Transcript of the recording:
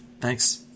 Thanks